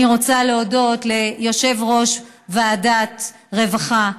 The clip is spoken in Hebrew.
אני רוצה להודות ליושב-ראש ועדת הרווחה,